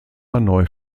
hanoi